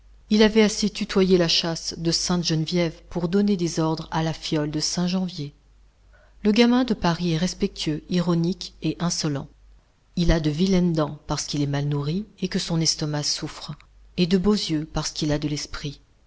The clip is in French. il avait assez tutoyé la châsse de sainte geneviève pour donner des ordres à la fiole de saint janvier le gamin de paris est respectueux ironique et insolent il a de vilaines dents parce qu'il est mal nourri et que son estomac souffre et de beaux yeux parce qu'il a de l'esprit